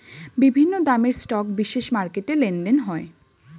বিভিন্ন দামের স্টক বিশেষ মার্কেটে লেনদেন হয়